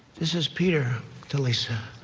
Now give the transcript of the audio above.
this is peter to lisa.